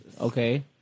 Okay